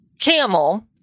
camel